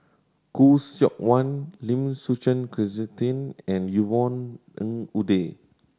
Khoo Seok Wan Lim Suchen Christine and Yvonne Ng Uhde